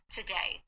today